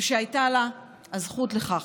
ושהייתה לה הזכות לכך,